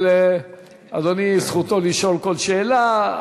אבל אדוני, זכותו לשאול כל שאלה.